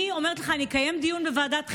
אני אומרת לך שאני אקיים דיון בוועדת חינוך.